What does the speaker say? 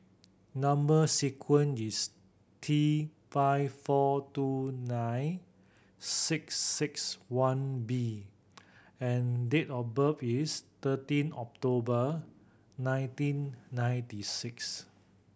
number sequence is T five four two nine six six one B and date of birth is thirteen October nineteen ninety six